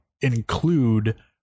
include